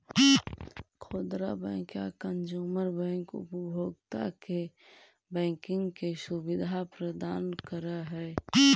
खुदरा बैंक या consumer bank उपभोक्ता के बैंकिंग के सुविधा प्रदान करऽ हइ